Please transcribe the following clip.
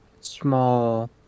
small